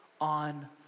on